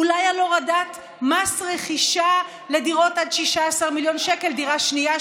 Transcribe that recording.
אולי על הורדת מס רכישה לדירות עד 16 מיליון שקל לדירה שנייה,